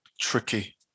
tricky